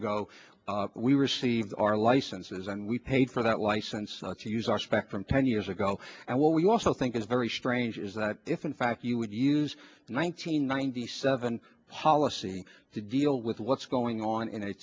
ago we received our licenses and we paid for that license to use our spectrum ten years ago and what we also think is very strange is that if in fact you would use nine hundred ninety seven policy to deal with what's going on in a